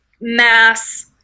mass